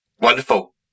Wonderful